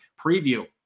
preview